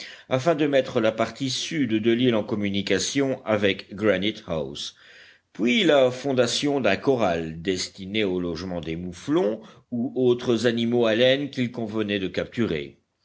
afin de mettre la partie sud de l'île en communication avec granite house puis la fondation d'un corral destiné au logement des mouflons ou autres animaux à laine qu'il convenait de capturer